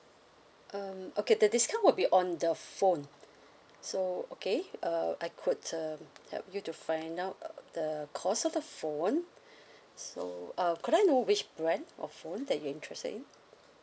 um okay the discount will be on the phone so okay uh I could uh help you to find out the cost of the phone so uh could I know which brand of phone that you are interested in